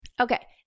Okay